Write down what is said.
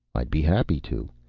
i'd be happy to.